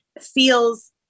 feels